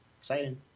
exciting